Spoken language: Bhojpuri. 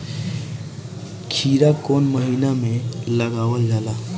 खीरा कौन महीना में लगावल जाला?